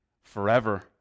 Forever